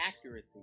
accuracy